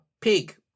pig